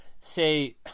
say